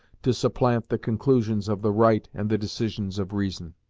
to supplant the conclusions of the right and the decisions of reason.